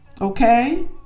Okay